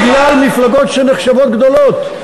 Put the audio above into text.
גם בגלל מפלגות שנחשבות גדולות,